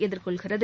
எதிர்கொள்கிறது